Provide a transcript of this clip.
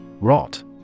rot